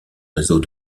réseau